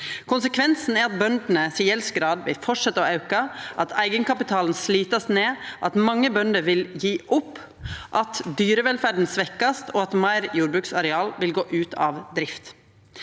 Konsekvensen er at bøndene si gjeldsgrad vil fortsetja å auka, at eigenkapitalen vert sliten ned, at mange bønder vil gje opp, at dyrevelferda vert svekt, og at meir jordbruksareal vil gå ut av drift.